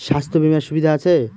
স্বাস্থ্য বিমার সুবিধা আছে?